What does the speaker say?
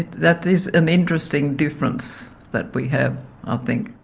that is an interesting difference that we have i think.